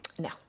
No